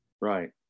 right